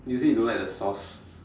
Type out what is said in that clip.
you say you don't like the sauce